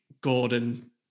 Gordon